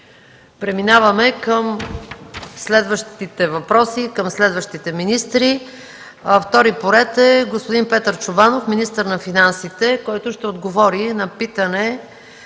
Преминаваме към следващите въпроси и към следващите министри. Втори по ред е господин Петър Чобанов – министър на финансите, който ще отговори на питане